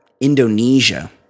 Indonesia